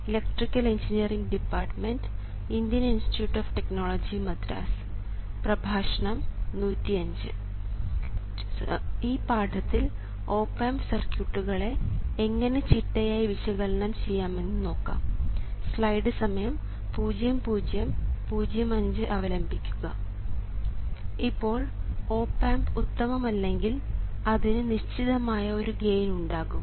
ഇപ്പോൾ op amp ഉത്തമം അല്ലെങ്കിൽ അതിന് നിശ്ചിതമായ ഒരു ഗെയിൻ ഉണ്ടാകും